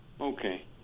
Okay